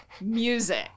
music